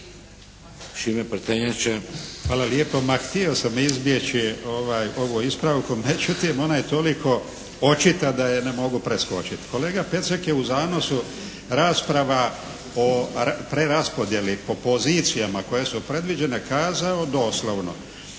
Šime (HDZ)** Hvala lijepo. Pa htio sam izbjeći ovaj, ovu ispravku međutim ona je toliko očita da je ne mogu preskočiti. Kolega Pecek je u zanosu rasprava o preraspodjeli, o pozicijama koje su predviđene kazao doslovno: